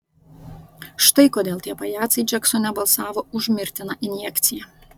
štai kodėl tie pajacai džeksone balsavo už mirtiną injekciją